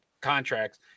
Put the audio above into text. contracts